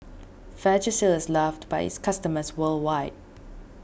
Vagisil is loved by its customers worldwide